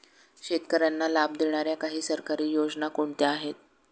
शेतकऱ्यांना लाभ देणाऱ्या काही सरकारी योजना कोणत्या आहेत?